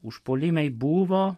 užpuolimai buvo